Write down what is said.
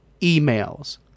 emails